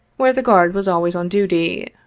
where the guard was always on duty.